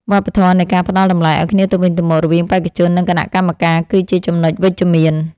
វប្បធម៌នៃការផ្ដល់តម្លៃឱ្យគ្នាទៅវិញទៅមករវាងបេក្ខជន និង គណៈកម្មការគឺជាចំណុចវិជ្ជមាន។